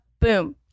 boom